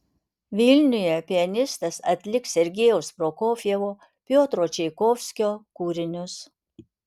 vilniuje pianistas atliks sergejaus prokofjevo piotro čaikovskio kūrinius